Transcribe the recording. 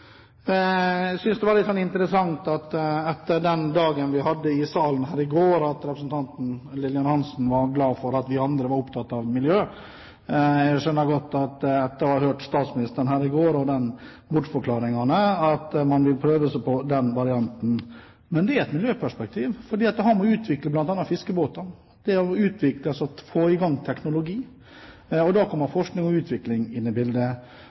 Etter den dagen vi hadde i salen her i går, synes jeg det er litt interessant at representanten Lillian Hansen er glad for at vi andre er opptatt av miljø. Etter å ha hørt statsministeren og bortforklaringene her i går skjønner jeg godt at man vil prøve seg på den varianten. Men det er et miljøperspektiv, for det har å gjøre med å utvikle bl.a. fiskebåter, få i gang teknologi. Da kommer forskning og utvikling inn i bildet.